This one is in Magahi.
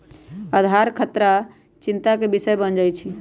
आधार खतरा चिंता के विषय बन जाइ छै